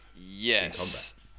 Yes